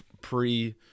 pre